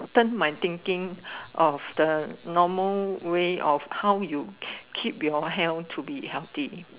turn my thinking of the normal way of how you keep your health to be healthy